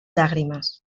llàgrimes